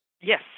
Yes